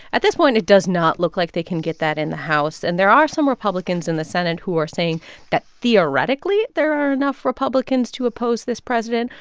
at this point, it does not look like they can get that in the house. and there are some republicans in the senate who are saying that theoretically, there are enough republicans to oppose this president.